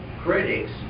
critics